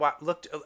looked